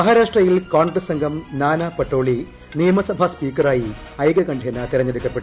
മഹാരാഷ്ട്രയിൽ കോൺഗ്രസ് ആംഗ്ർ നാനാ പട്ടോളി നിയമസഭാ സ്പീക്കറായി ഐക്കുണ്ഠേന തെരഞ്ഞെടുക്കപ്പെട്ടു